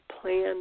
plan